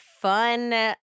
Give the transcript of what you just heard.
fun